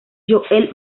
joel